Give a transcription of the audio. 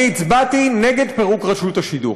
אני הצבעתי נגד פירוק רשות השידור,